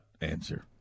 answer